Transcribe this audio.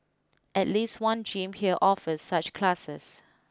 at least one gym here offers such classes